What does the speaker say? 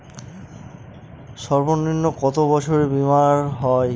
সর্বনিম্ন কত বছরের বীমার হয়?